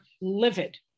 livid